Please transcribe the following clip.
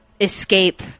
escape